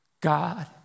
God